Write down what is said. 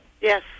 yes